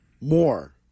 More